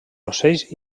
ocells